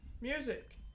music